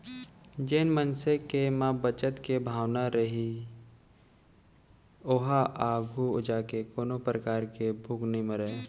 जेन मनसे के म बचत के भावना रइही ओहा आघू जाके कोनो परकार ले भूख नइ मरय